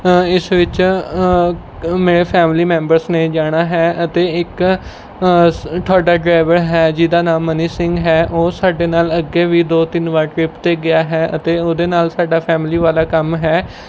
ਇਸ ਵਿੱਚ ਮੇਰੇ ਫੈਮਲੀ ਮੈਂਬਰਸ ਨੇ ਜਾਣਾ ਹੈ ਅਤੇ ਇੱਕ ਤੁਹਾਡਾ ਡਰਾਈਵਰ ਹੈ ਜਿਹਦਾ ਨਾਮ ਮਨੀ ਸਿੰਘ ਹੈ ਉਹ ਸਾਡੇ ਨਾਲ ਅੱਗੇ ਵੀ ਦੋ ਤਿੰਨ ਵਾਰ ਟ੍ਰਿਪ 'ਤੇ ਗਿਆ ਹੈ ਅਤੇ ਉਹਦੇ ਨਾਲ ਸਾਡਾ ਫੈਮਲੀ ਵਾਲਾ ਕੰਮ ਹੈ